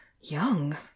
young